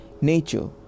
nature